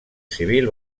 civil